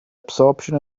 absorption